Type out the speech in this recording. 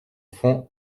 fond